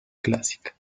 clásica